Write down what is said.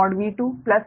V 2